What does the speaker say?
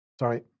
Sorry